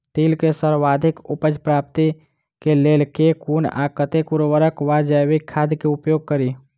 तिल केँ सर्वाधिक उपज प्राप्ति केँ लेल केँ कुन आ कतेक उर्वरक वा जैविक खाद केँ उपयोग करि?